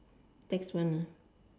tax one ah